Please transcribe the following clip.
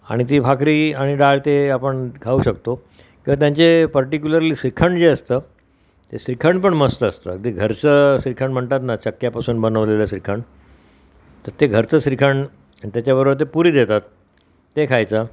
आणि ती भाकरी आणि डाळ ते आपण खाऊ शकतो किंवा त्यांचे पर्टिक्युलरली श्रीखंड जे असतं ते श्रीखंड पण मस्त असतं ते घरचं श्रीखंड म्हणतात ना चक्क्यापासून बनवलेलं श्रीखंड तर ते घरचं श्रीखंड आणि त्याच्याबरोबर ते पुरी देतात ते खायचं